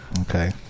Okay